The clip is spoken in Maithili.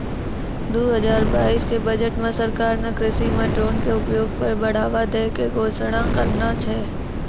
दू हजार बाइस के बजट मॅ सरकार नॅ कृषि मॅ ड्रोन के उपयोग पर बढ़ावा दै के घोषणा करनॅ छै